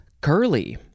curly